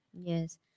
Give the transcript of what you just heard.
Yes